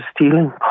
stealing